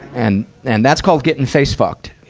and, and that's called getting facefucked